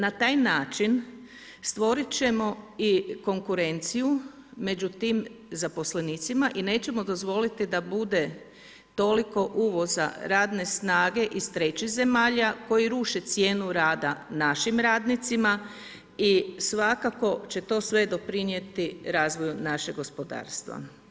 Na taj način stvorit ćemo i konkurenciju među tim zaposlenicima i nećemo dozvoliti da bude toliko uvoza radne snage iz trećih zemalja koji ruše cijenu rada našim radnicima i svakako će to sve doprinijeti razvoju našeg gospodarstva.